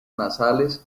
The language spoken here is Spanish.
nasales